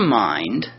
mind